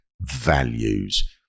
values